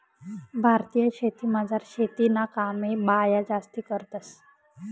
भारतीय शेतीमझार शेतीना कामे बाया जास्ती करतंस